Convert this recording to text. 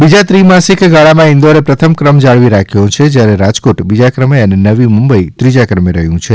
બીજા ત્રિમાસિક ગાળામાં ઇન્દોરે પ્રથમ ક્રમ જાળવી રાખ્યો છે જયારે રાજકોટ બીજા ક્રમે અને નવી મુંબઇ ત્રીજા ક્રમે રહ્યું છે